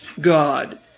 God